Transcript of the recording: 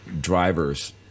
drivers